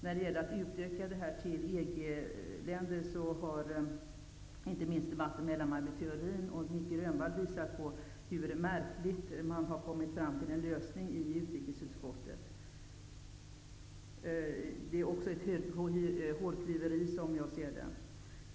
När det gäller att utöka detta till EG-länder har inte minst debatten mellan Maj Britt Theorin och Nic Grönvall visat hur märkligt man har kommit fram till en lösning i utrikesutskottet. Som jag ser det är även detta ett hårklyveri.